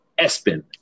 Espen